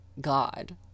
god